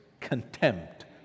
contempt